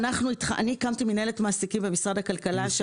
הקמתי מינהלת מעסיקים במשרד הכלכלה,